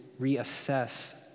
reassess